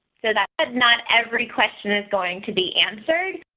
so that not every question is going to be answered.